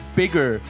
bigger